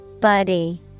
Buddy